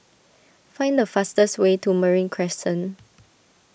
find the fastest way to Marine Crescent